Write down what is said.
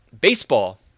baseball